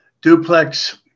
duplex